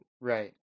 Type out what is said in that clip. Right